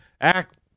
Act